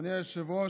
אדוני היושב-ראש,